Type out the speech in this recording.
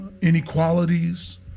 inequalities